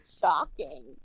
shocking